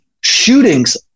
shootings